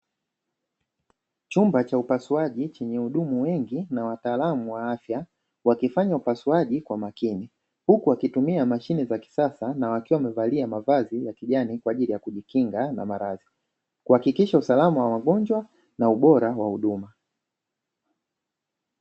Chumba cha upasuaji chenye wahudumu wengi na wataalamu wa afya wakifanya upasuaji kwa makini, huku akitumia mashine za kisasa na wakiwa wamevalia mavazi ya kijani kwa ajili ya kujikinga na maradhi, kuhakikisha usalama wa wagonjwa na ubora wa huduma.